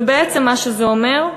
ובעצם, מה שזה אומר,